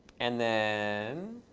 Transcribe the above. and then